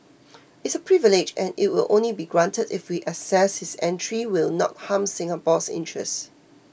it's a privilege and it will only be granted if we assess his entry will not harm Singapore's interest